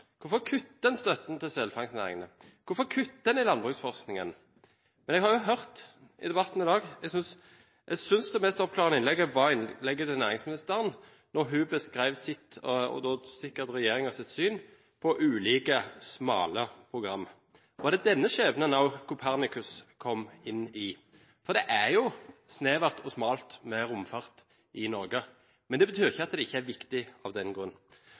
hvorfor kutter man i støtten til selfangstnæringen, og hvorfor kutter man i landbruksforskningen? Men jeg har jo hørt debatten i dag, og jeg synes det mest oppklarende innlegget var innlegget til næringsministeren, da hun beskrev sitt – og sikkert også regjeringens – syn på ulike smale programmer. Var det denne skjebnen Copernicus også kom inn i? For det er jo snevert og smalt med romfart i Norge, men det betyr ikke at det ikke er viktig av den grunn.